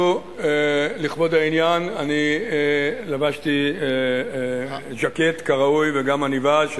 לכבוד העניין אני אפילו לבשתי ז'קט כראוי וגם עניבה,